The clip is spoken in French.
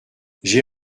j’ai